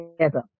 together